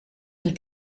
niet